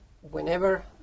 whenever